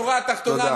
בשורה התחתונה,